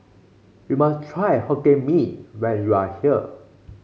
you must try Hokkien Mee when you are here